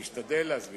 אני אשתדל להסביר.